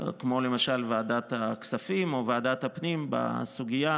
כמו למשל ועדת הכספים או ועדת הפנים בסוגיה,